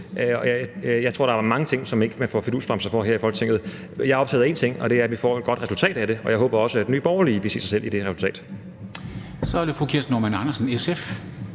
Jeg tror, der er mange ting, som man ikke får fidusbamser for her i Folketinget, men jeg er optaget af én ting, og det er, at vi får et godt resultat af det, og jeg håber også, at Nye Borgerlige vil kunne se sig selv i det resultat. Kl. 13:22 Formanden